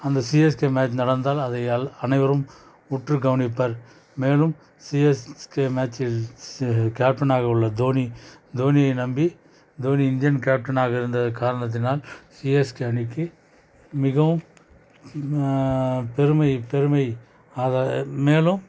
அந்த CSK match நடந்தாலும் அதை எல் அனைவரும் உற்று கவனிப்பார் மேலும் சிஎஸ்கே மேச்சில் ஸ் கேப்டனாக உள்ள தோனி தோனியை நம்பி தோனி இந்தியன் கேப்டனாக இருந்த காரணத்தினால் சிஎஸ்கே அணிக்கு மிகவும் பெருமை பெருமை அதை மேலும்